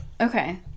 okay